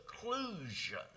seclusion